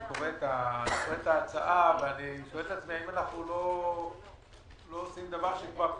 אני קורא את ההצעה ואני לא יודע האם אנחנו לא עושים דבר שכבר קיים.